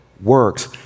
works